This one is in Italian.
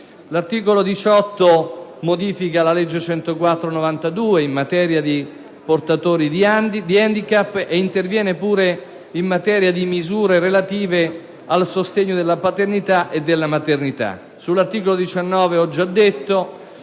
L'articolo 18 modifica la legge n. 104 del 1992 in materia di portatori di handicap e interviene anche in materia di misure relative al sostegno della paternità e della maternità. Con l'articolo 19, di cui ho già detto,